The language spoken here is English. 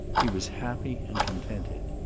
he was happy and contented.